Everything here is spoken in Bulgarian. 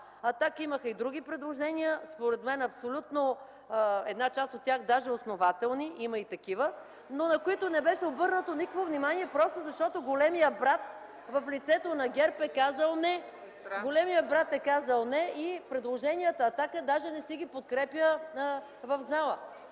„Атака” имаха и други предложения, според мен абсолютно една част даже основателни – има и такива (шум и реплики от ГЕРБ), но не им беше обърнато никакво внимание, просто защото големият брат в лицето на ГЕРБ е казал „не”. Големият брат е казал „не” и предложенията „Атака” даже не си ги подкрепя в залата.